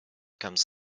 comes